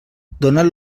donat